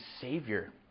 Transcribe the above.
Savior